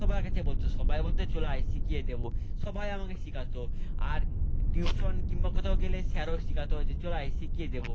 সবার কাছে বলতো সবাই বলতো চলে আয় শিখিয়ে দেবো সবাই আমাকে শেখাতো আর টিউশন কিম্বা কোথাও গেলে স্যারও আমাকে শেখাতো যে চলে আয় শিখিয়ে দেবো